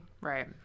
Right